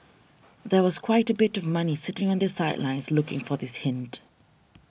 there was quite a bit of money sitting on the sidelines looking for this hint